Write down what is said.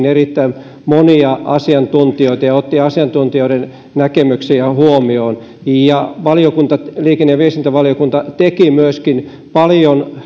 erittäin monia asiantuntijoita ja otti asiantuntijoiden näkemyksiä huomioon ja liikenne ja viestintävaliokunta teki myöskin paljon